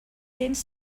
cents